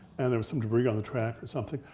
and there was some debris on the track or something.